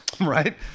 right